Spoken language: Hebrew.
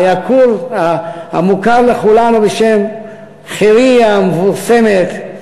המוכר לכולנו בשם חירייה המפורסמת,